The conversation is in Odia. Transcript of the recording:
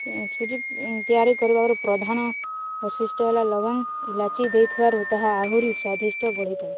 ସୁଜି ତିଆରି କରିବାରୁ ପ୍ରଧାନ ବୈଶିଷ୍ଟ୍ୟ ହେଲା ଲବଙ୍ଗ ଇଲାଇଚି ଦେଇଥିବାରୁ ତାହା ଆହୁରି ସ୍ଵାଦିଷ୍ଟ ବଢ଼ିଥାଏ